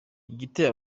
igiteye